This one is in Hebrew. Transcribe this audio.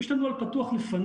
יש את הנוהל פתוח בפניי.